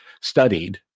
studied